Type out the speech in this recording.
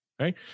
Right